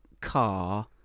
car